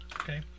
Okay